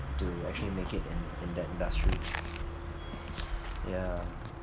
to actually make it in in that industry yeah